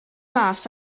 mas